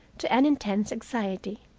to an intense anxiety.